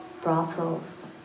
brothels